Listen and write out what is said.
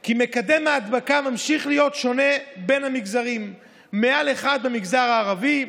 כי מקדם ההדבקה ממשיך להיות שונה בין המגזרים: מעל 1 במגזר הערבי,